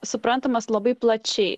suprantamas labai plačiai